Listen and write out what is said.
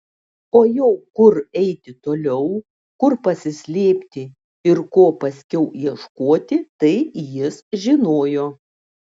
o jau kur eiti toliau kur pasislėpti ir ko paskiau ieškoti tai jis žinojo